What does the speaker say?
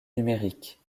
numériques